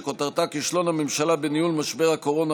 שכותרתה: כישלון הממשלה בניהול משבר הקורונה,